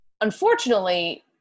unfortunately